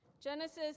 Genesis